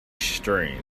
strained